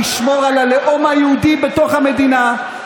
לשמור על הלאום היהודי בתוך המדינה,